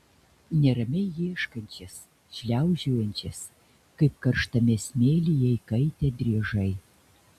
neramiai ieškančias šliaužiojančias kaip karštame smėlyje įkaitę driežai